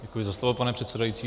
Děkuji za slovo, pane předsedající.